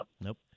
Nope